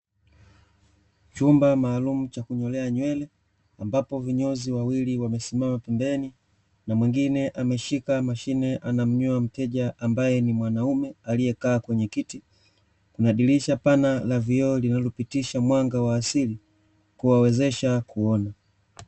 Chumba maalumu cha kunyolea nywele ambapo vinyozi wawili wamesimama pembeni, na mwingine ameshika mashine anamnyoa mteja ambaye ni mwanaume aliyeka kwenye kiti, kuna dirisha pana la vioo linalopitisha mwanga wa asili kuwawezesha kuona.